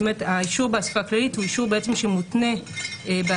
האישור באספה הכללית הוא אישור שמותנה בהסכמה